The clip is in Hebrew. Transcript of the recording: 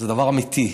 זה דבר אמיתי.